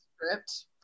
script